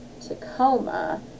Tacoma